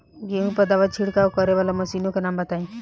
गेहूँ पर दवा छिड़काव करेवाला मशीनों के नाम बताई?